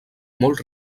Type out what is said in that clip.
molt